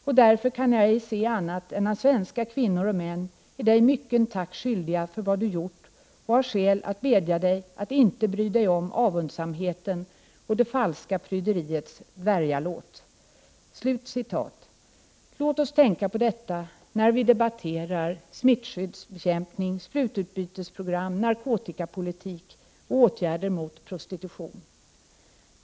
Och därför kan jag ej se annat än att svenska kvinnor och män är dig mycken tack skyldiga för vad Du gjort och ha skäl att bedja dig inte bry dig om avundsamheten och det falska pryderiets dvärgalåt.” Låt oss tänka på detta när vi debatterar smittskyddsbekämpning, sprututbytesprogram, narkotikapolitik och åtgärder mot prostitution.